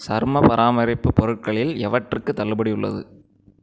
சரும பராமரிப்பு பொருட்களில் எவற்றுக்கு தள்ளுபடி உள்ளது